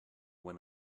when